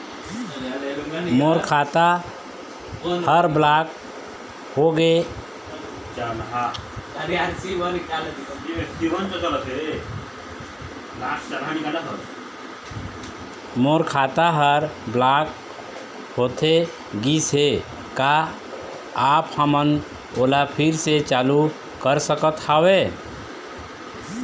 मोर खाता हर ब्लॉक होथे गिस हे, का आप हमन ओला फिर से चालू कर सकत हावे?